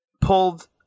pulled